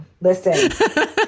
Listen